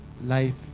Life